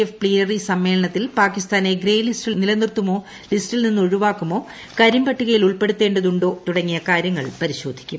F plenary സമ്മേളനത്തിൽ പാകിസ്ട്രാണ് grey ലിസ്റ്റിൽ നിലനിർത്തുമോ ലിസ്റ്റിൽ നിന്ന് കൂഴിവ്വാക്കുമോ കരിമ്പട്ടികയിൽ ഉൾപ്പെടുത്തേണ്ടതുണ്ടോ തുടങ്ങിയു കാര്യങ്ങൾ പരിശോധിക്കും